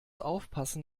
aufpassen